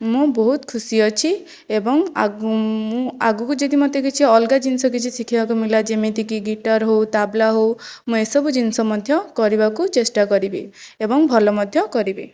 ମୁଁ ବହୁତ ଖୁସି ଅଛି ଏବଂ ମୁଁ ଆଗକୁ ଯଦି ମୋତେ କିଛି ଅଲଗା ଜିନିଷ କିଛି ଶିଖିବାକୁ ମିଳିଲା ଯେମିତିକି ଗିଟାର ହେଉ ତବଲା ହେଉ ମୁଁ ଏସବୁ ଜିନିଷ ମଧ୍ୟ କରିବାକୁ ଚେଷ୍ଟା କରିବି ଏବଂ ଭଲ ମଧ୍ୟ କରିବି